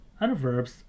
Adverbs